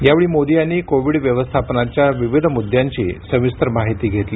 यावेळी मोदी यांनी कोविड व्यवस्थापनाच्या विविध मुद्यांची सविस्तर माहिती घेतली